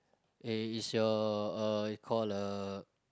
eh is your uh call a